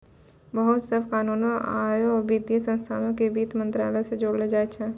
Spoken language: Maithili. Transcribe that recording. बहुते सभ कानूनो आरु वित्तीय संस्थानो के वित्त मंत्रालय से जोड़लो जाय छै